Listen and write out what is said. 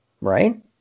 Right